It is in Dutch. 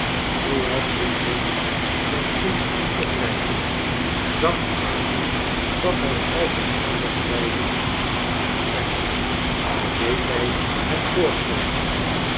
flintwinch zijn kin stond te wrijven zag arthur dat hij al zijn aandacht wrjdde aan hun gesprek al deed hij het voorkomen